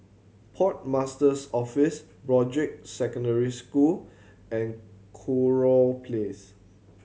Port Master's Office Broadrick Secondary School and Kurau Place